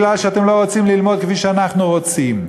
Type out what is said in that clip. אתם לא רוצים ללמוד כפי שאנחנו רוצים.